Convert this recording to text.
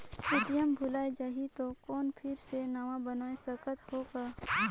ATM भुलाये जाही तो कौन फिर से नवा बनवाय सकत हो का?